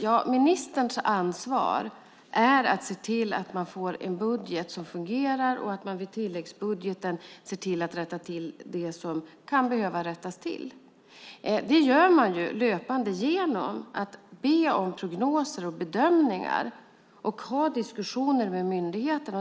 Ja, ministerns ansvar är att se till att man får en budget som fungerar och att man i tilläggsbudgeten ser till att rätta till det som kan behöva rättas till. Det gör man löpande genom att be om prognoser och bedömningar och ha diskussioner med myndigheterna.